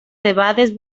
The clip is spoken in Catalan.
debades